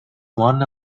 one